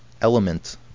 element